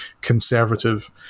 Conservative